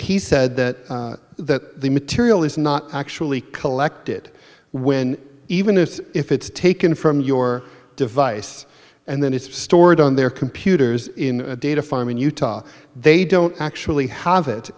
he said that that material is not actually collected when even if it's if it's taken from your device and then it's stored on their computers in a data farm in utah they don't actually have it